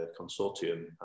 consortium